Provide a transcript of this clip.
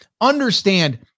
understand